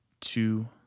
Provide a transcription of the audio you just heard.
two